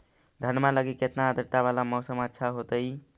धनमा लगी केतना आद्रता वाला मौसम अच्छा होतई?